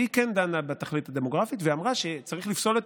והיא כן דנה בתכלית הדמוגרפית ואמרה שצריך לפסול את